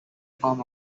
form